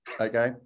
okay